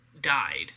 died